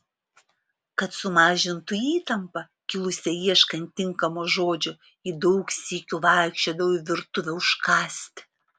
kad sumažintų įtampą kilusią ieškant tinkamo žodžio ji daug sykių vaikščiodavo į virtuvę užkąsti